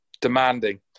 demanding